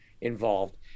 involved